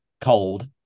cold